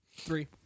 Three